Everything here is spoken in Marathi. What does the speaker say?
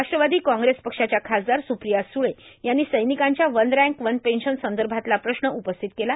राष्ट्रवादी काँग्रेस पक्षाच्या खासदार सुप्रिया सुळे यांनी सैनिकांच्या वन रँक वन पेन्शन संदभातला प्रश्न उपस्थित केला